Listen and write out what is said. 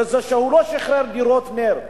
בזה שהוא לא שחרר דירות נ"ר.